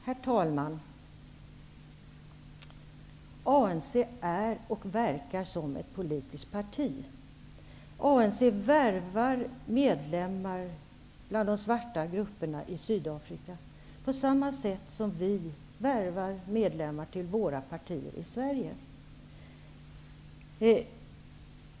Herr talman! ANC är och verkar som ett politiskt parti. ANC värvar medlemmar bland de svarta grupperna i Sydafrika på samma sätt som vi värvar medlemmar till våra partier i Sverige.